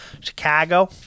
Chicago